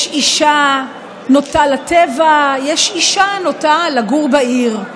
יש אישה שנוטה לטבע ויש אישה שנוטה לגור בעיר,